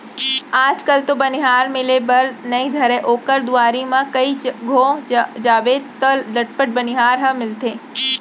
आज कल तो बनिहार मिले बर नइ धरय ओकर दुवारी म कइ घौं जाबे तौ लटपट बनिहार ह मिलथे